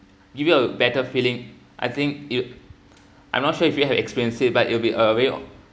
give you a better feeling I think you I'm not sure if you have experienced it but it'll be a very